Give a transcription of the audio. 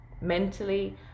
Mentally